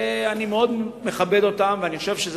אני מאוד מכבד אותם, ואני חושב שזה